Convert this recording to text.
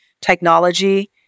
technology